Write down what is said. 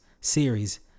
series